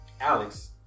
Alex